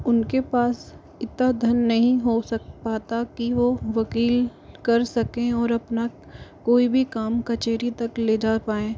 उनके पास इतना धन नहीं हो सक पाता कि वो वकील कर सकें और अपना कोई भी काम कचहरी तक ले जा पाएँ